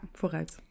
vooruit